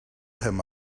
him